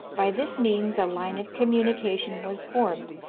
by this means a line of communication was formed,